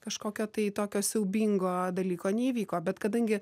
kažkokio tai tokio siaubingo dalyko neįvyko bet kadangi